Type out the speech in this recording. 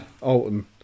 Alton